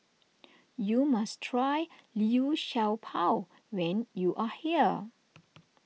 you must try Liu Sha Bao when you are here